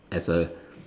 as a